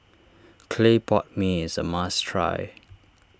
Clay Pot Mee is a must try